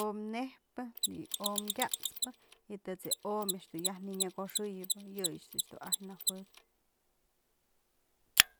o'omy nejpë, yë o'om kat'spë y tët's yë o'omy yaj nënyakoxëyëp yëyë ëch du ajtyë nëwëp.